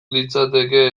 litzateke